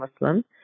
Muslim